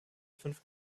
fünf